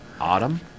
Autumn